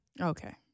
Okay